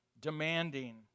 demanding